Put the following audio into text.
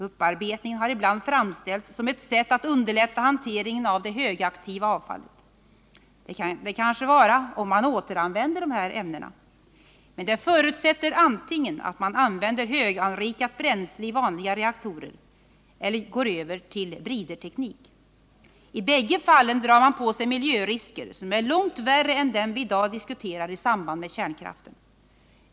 Upparbetningen har ibland framställts som ett sätt att underlätta hanteringen av det högaktiva avfallet. Det kan det kanske vara, om man återanvänder dessa ämnen. Men det förutsätter att man antingen använder höganrikat bränsle i vanliga reaktorer eller går över till briderteknik. I bägge fallen drar man på sig miljörisker som är långt värre än dem vi i dag diskuterar i samband med kärnkraften.